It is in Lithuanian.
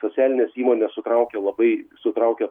socialinės įmonės sutraukia labai sutraukia